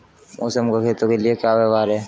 मौसम का खेतों के लिये क्या व्यवहार है?